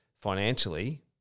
financially